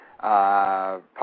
public